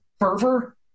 fervor